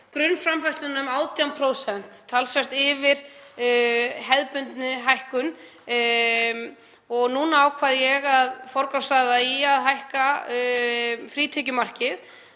grunnframfærsluna um 18%, talsvert yfir hefðbundinni hækkun. Núna ákvað ég að forgangsraða því að hækka frítekjumarkið